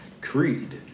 Creed